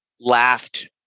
laughed